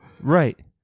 Right